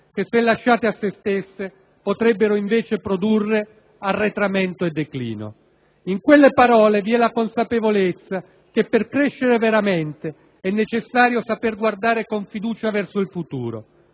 che, se lasciate a se stesse, potrebbero invece produrre arretramento e declino. In quelle parole vi è la consapevolezza che, per crescere veramente, è necessario saper guardare con fiducia verso il futuro,